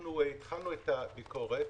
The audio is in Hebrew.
אנחנו התחלנו את עבודת הביקורת.